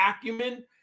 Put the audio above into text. acumen